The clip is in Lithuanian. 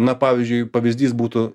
na pavyzdžiui pavyzdys būtų